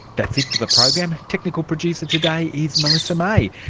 that's it for the program. technical producer today is melissa may.